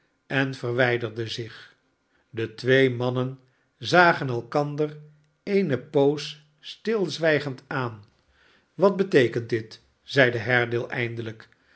en verwijderde zich de twee mannen zagen elkander eene poos stilzwijgend aan wat beteekent dit zeide haredale eindelijk